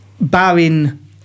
barring